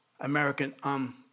American